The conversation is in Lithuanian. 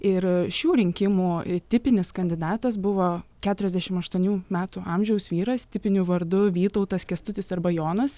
ir šių rinkimų tipinis kandidatas buvo keturiasdešim aštuonių metų amžiaus vyras tipiniu vardu vytautas kęstutis arba jonas